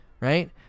right